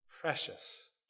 Precious